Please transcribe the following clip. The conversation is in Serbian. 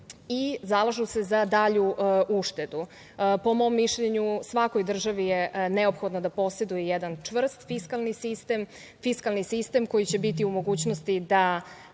i zalažu se za dalju uštedu. Po mom mišljenju, svakoj državi je neophodno da poseduje jedan čvrst fiskalni sistem, fiskalni sistem koji će biti u mogućnosti da